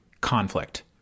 conflict